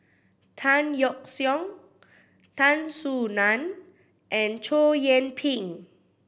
Tan Yeok Seong Tan Soo Nan and Chow Yian Ping